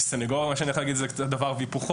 כסנגוריה מה שאני יכול להגיד זה קצת דבר והיפוכו.